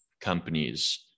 companies